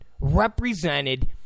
represented